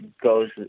goes